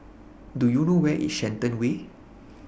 Do YOU know Where IS Shenton Way